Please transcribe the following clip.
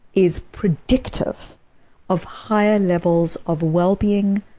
is predictive of higher levels of wellbeing,